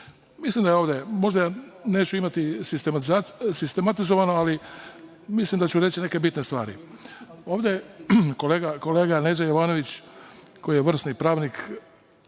stvari da kažem. Možda neću imati sistematizovano, ali mislim da ću reći neke bitne stvari. Ovde kolega Neđo Jovanović, koji je vrsni pravnik,